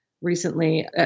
recently